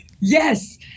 Yes